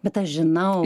bet aš žinau